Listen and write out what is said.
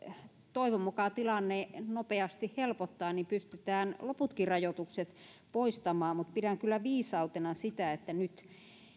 toivon mukaan tilanne nopeasti helpottaa pystytään loputkin rajoitukset poistamaan mutta pidän kyllä viisautena sitä että nyt